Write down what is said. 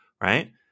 Right